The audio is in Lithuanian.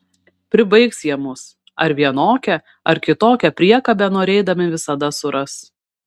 pribaigs jie mus ar vienokią ar kitokią priekabę norėdami visada suras